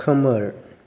खोमोर